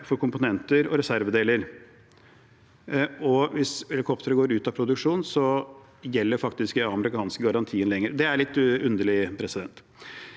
for komponenter og reservedeler. Hvis helikopteret går ut av produksjon, gjelder faktisk ikke den amerikanske garantien lenger. Det er litt underlig. Et